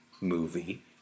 movie